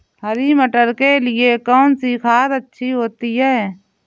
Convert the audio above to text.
हरी मटर के लिए कौन सी खाद अच्छी होती है?